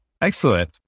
Excellent